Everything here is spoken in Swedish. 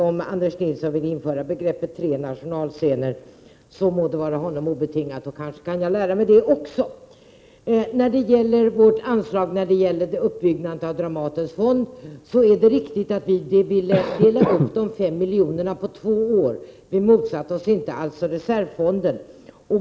Om Anders Nilsson vill införa begreppet tre nationalscener må det vara honom obetaget, och kanske kan också jag lära mig det. När det gäller vårt anslag för uppbyggnad av Dramatens fond är det riktigt att vi ville dela upp de fem miljonerna på två år. Vi motsatte oss alltså inte reservfonden.